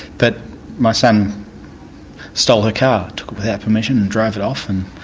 but my son stole her car, took it without permission and drove it off,